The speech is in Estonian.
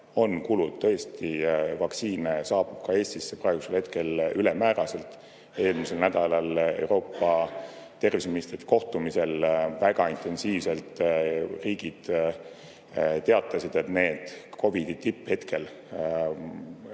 on kulud. Tõesti, vaktsiine saabub ka Eestisse praegusel hetkel ülemääraselt. Eelmisel nädalal Euroopa terviseministrite kohtumisel väga intensiivselt riigid teatasid, et need COVID-i tipphetkel